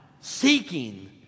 seeking